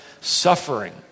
suffering